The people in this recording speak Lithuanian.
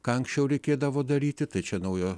ką anksčiau reikėdavo daryti tai čia naujo